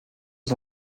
des